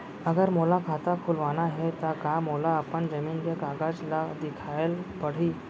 अगर मोला खाता खुलवाना हे त का मोला अपन जमीन के कागज ला दिखएल पढही?